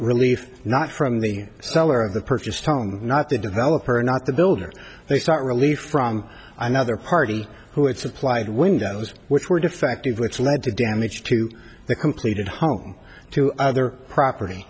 relief not from the seller of the purchased home not the developer not the builder they start relief from i know other party who had supplied windows which were defective which lead to damage to the completed home to other property